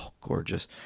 gorgeous